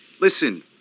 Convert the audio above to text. Listen